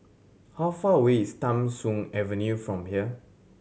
how far away is Tham Soong Avenue from here